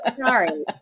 sorry